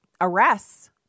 arrests